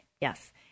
yes